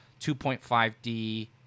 2.5D